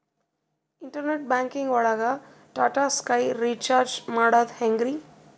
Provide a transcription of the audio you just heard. Internet banking ಒಳಗ್ Tata Sky recharge ಮಾಡದ್ ಹೆಂಗ್ರೀ?